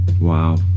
Wow